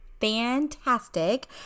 fantastic